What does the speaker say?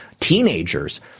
teenagers